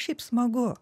šiaip smagu